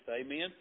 amen